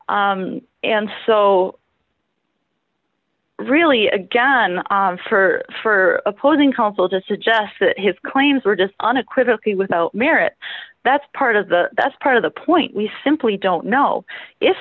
and so really again for for opposing counsel just adjust his claims were just unequivocal without merit that's part of the best part of the point we simply don't know if